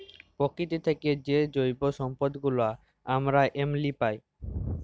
পকিতি থ্যাইকে যে জৈব সম্পদ গুলা আমরা এমলি পায়